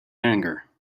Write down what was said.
anger